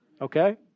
Okay